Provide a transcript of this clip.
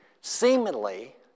seemingly